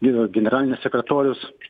ge generalinis sekretorius